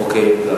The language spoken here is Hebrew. אוקיי.